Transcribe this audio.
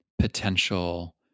potential